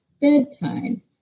bedtime